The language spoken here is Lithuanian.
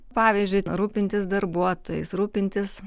pavyzdžiui rūpintis darbuotojais rūpintis